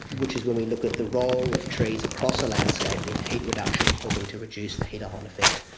which is when we look at the role of trees across a landscape in heat reduction, helping to reduce the heat-up on-effect,